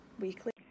weekly